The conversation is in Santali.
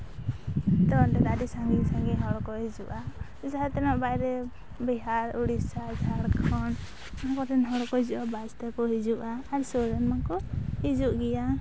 ᱛᱚ ᱚᱸᱰᱮ ᱫᱚ ᱟᱹᱰᱤ ᱥᱟᱺᱜᱤᱧ ᱥᱟᱺᱜᱤᱧ ᱦᱚᱲ ᱠᱚ ᱦᱤᱡᱩᱜᱼᱟ ᱡᱟᱦᱟᱸ ᱛᱤᱱᱟᱹᱜ ᱵᱟᱭᱨᱮ ᱵᱤᱦᱟᱨ ᱩᱲᱤᱥᱥᱟ ᱡᱷᱟᱲᱠᱷᱚᱱ ᱜᱚᱴᱟᱨᱮᱱ ᱦᱚᱲ ᱠᱚ ᱦᱤᱡᱩᱜᱼᱟ ᱵᱟᱥᱛᱮ ᱠᱚ ᱦᱤᱡᱩᱜᱼᱟ ᱟᱨ ᱥᱩᱨ ᱨᱮᱱ ᱢᱟᱠᱚ ᱦᱤᱡᱩᱜ ᱜᱮᱭᱟ